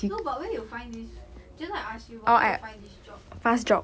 no but where you find this just now I ask you but where you find this job